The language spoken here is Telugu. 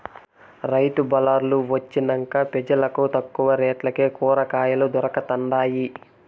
రైతు బళార్లు వొచ్చినంక పెజలకు తక్కువ రేట్లకే కూరకాయలు దొరకతండాయి